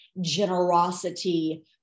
generosity